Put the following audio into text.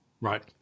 Right